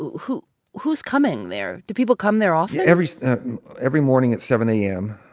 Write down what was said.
who's who's coming there? do people come there often? every every morning at seven am,